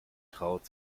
traut